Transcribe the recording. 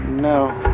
no,